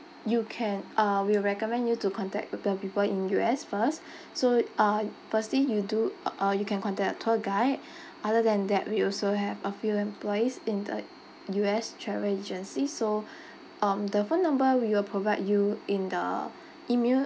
you can uh we recommend you to contact the people in U_S first so uh firstly you do uh you can contact tour guide other than that we also have a few employees in the U_S travel agency so um the phone number we will provide you in the email